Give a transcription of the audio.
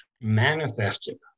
manifested